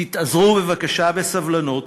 תתאזרו בבקשה בסבלנות.